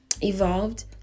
evolved